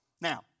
Now